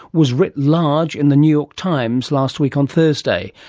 was writ large in the new york times last week on thursday,